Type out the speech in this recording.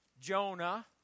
Jonah